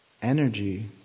Energy